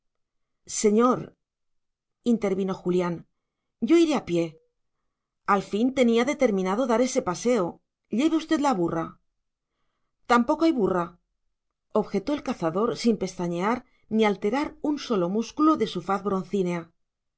hoy señor intervino julián yo iré a pie al fin tenía determinado dar ese paseo lleve usted la burra tampoco hay burra objetó el cazador sin pestañear ni alterar un solo músculo de su